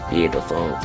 Beautiful